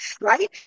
right